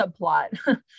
subplot